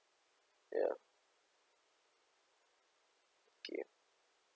ya okay